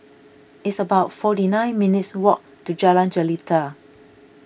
it's about forty nine minutes' walk to Jalan Jelita